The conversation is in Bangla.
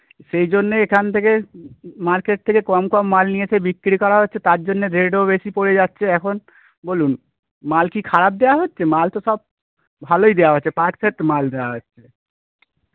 সেই জন্যে এখান থেকে মার্কেট থেকে কম কম মাল নিয়ে এসে বিক্রি করা হচ্ছে তার জন্যে রেটও বেশি পড়ে যাচ্ছে এখন বলুন মাল কি খারাপ দেওয়া হচ্ছে মাল তো সব ভালই দেওয়া হচ্ছে পারফেক্ট মাল দেওয়া হচ্ছে